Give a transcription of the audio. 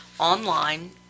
Online